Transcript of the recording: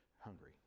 hungry